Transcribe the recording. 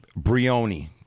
Brioni